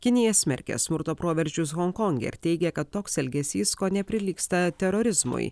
kinija smerkia smurto proveržius honkonge ir teigia kad toks elgesys kone prilygsta terorizmui